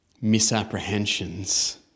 misapprehensions